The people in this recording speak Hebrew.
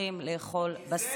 ממשיכים לאכול בשר?